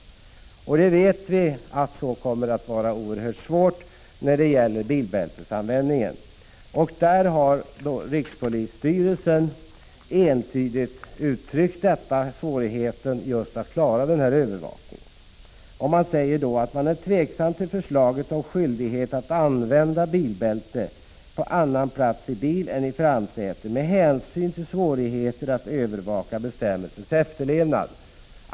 Vi vet att övervakningen kommer att vara oerhört svår när det gäller bilbältesanvändning. Rikspolisstyrelsen har entydigt uttryckt svårigheten att klara en övervakning. Man säger att man är tveksam till förslaget om skyldighet att använda bilbälte på annan plats i bilen än i framsätet, med hänsyn till svårigheten att övervaka bestämmelsens efterlevnad.